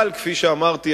אבל כפי שאמרתי,